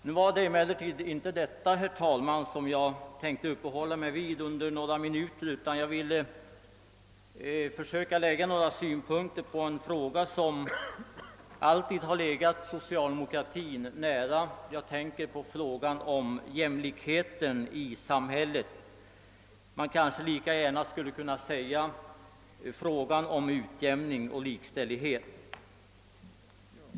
Nu var det emellertid inte detta jag tänkte uppehålla mig vid under några minuter, herr talman, utan jag vill framföra några synpunkter på en fråga som alltid har legat socialdemokratin nära. Jag syftar på frågan om jämlikheten i samhället — jag skulle lika gärna kunna säga frågan om utjämning och likställighet.